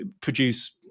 produce